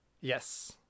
yes